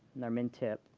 and our mintip.